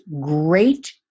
great